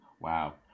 Wow